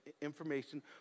information